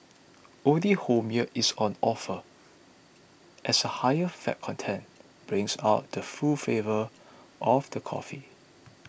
only whole milk is on offer as the higher fat content brings out the full flavour of the coffee